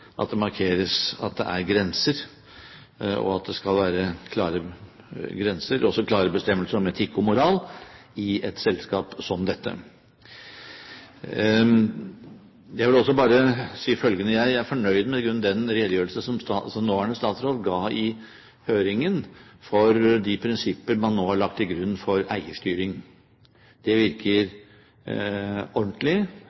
at det markeres at det er grenser, og at det også skal være klare bestemmelser om etikk og moral i et selskap som dette. Jeg vil også bare si følgende: Jeg er i grunnen fornøyd med den redegjørelse som nåværende statsråd ga i høringen for de prinsipper man nå har lagt til grunn for eierstyring. Det